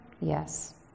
Yes